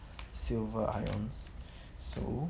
silver ions so